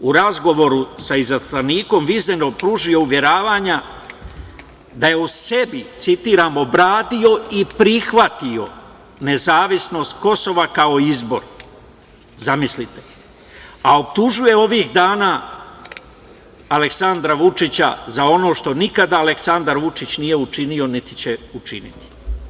u razgovoru sa izaslanikom Vizner pružio uveravanja da je u sebi „obradio i prihvatio nezavisnost Kosova kao izbor“, zamislite, a optužuje ovih dana Aleksandra Vučića za ono što nikada Aleksandar Vučić nije učinio niti će učiniti.